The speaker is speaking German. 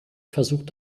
versucht